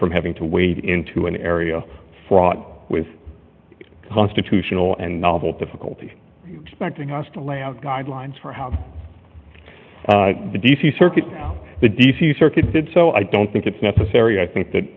from having to wade into an area fraught with constitutional and novel difficulty putting us to lay out guidelines for how the d c circuit the d c circuit did so i don't think it's necessary i think that